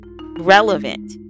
relevant